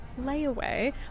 Layaway